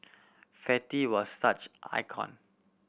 fatty was such icon